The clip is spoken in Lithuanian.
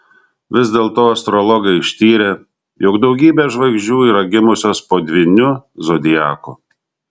vis dėlto astrologai ištyrė jog daugybė žvaigždžių yra gimusios po dvyniu zodiaku